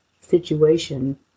situation